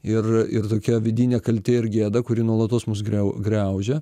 ir ir tokia vidinė kaltė ir gėda kuri nuolatos mus griau griaužia